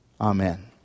Amen